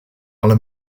alle